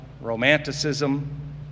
romanticism